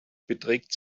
beträgt